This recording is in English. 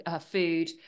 food